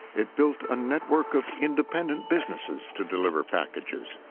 it built a network of independent businesses to deliver packages.